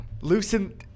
Loosen